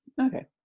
okay